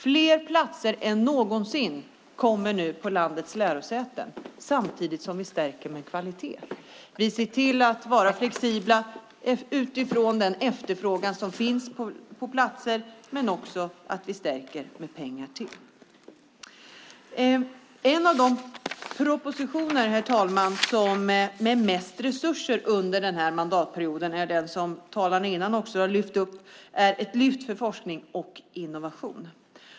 Fler platser än någonsin kommer nu på landets lärosäten, samtidigt som vi stärker kvaliteten. Vi ser till att vara flexibla utifrån den efterfrågan på platser som finns och stärker också med pengar. En av propositionerna med mest resurser under denna mandatperiod, som talarna innan också har lyft upp, är Ett lyft för forskning och innovation .